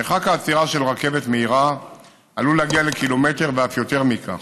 מרחק העצירה של רכבת מהירה עלול להגיע לקילומטר ואף יותר מכך,